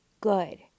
good